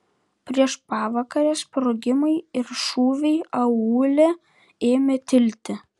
prieš pavakarę sprogimai ir šūviai aūle ėmė tilti